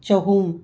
ꯆꯍꯨꯝ